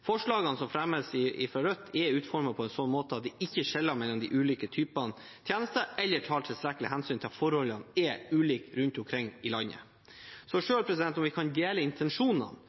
Forslagene som fremmes fra Rødt, er utformet på en sånn måte at de ikke skiller mellom de ulike typene tjenester eller tar tilstrekkelig hensyn til at forholdene er ulike rundt omkring i landet. Selv om vi kan dele intensjonene,